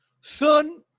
son